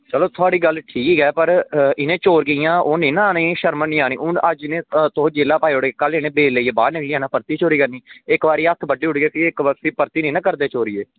ते चलो थुआढ़ी गल्ल होर ऐ पर एह् चोर कियां एह् ना शर्म निं आनी एह् अज्ज इंया जेल पाई ओड़ो इनें कल्ल बेल पाइयै बाह्र निकली जाना फ्ही चोरी करनी इक्क बारी हत्थ बड्ढी ओड़गे भी परतियै नना करदे चोरी एह्